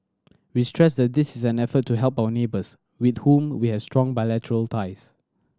we stress that this is an effort to help our neighbours with whom we have strong bilateral ties